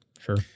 Sure